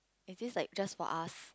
is this like just for us